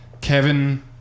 Kevin